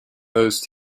those